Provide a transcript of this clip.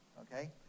Okay